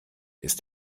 ist